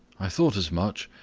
i thought as much.